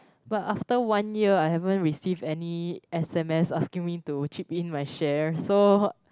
but after one year I haven't receive any S_M_S asking me to chip in my share so